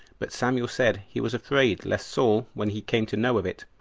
but samuel said, he was afraid lest saul, when he came to know of it,